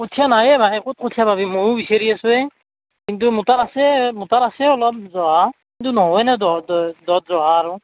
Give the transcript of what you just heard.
কঠিয়া নাইয়ে ভাই ক'ত কঠিয়া পাবি মইয়ো বিচাৰি আছোঁ এ কিন্তু মোৰ তাত আছে মোৰ তাত আছে অলপ জহা কিন্তু নহয় না দত জহা আৰু